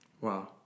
Wow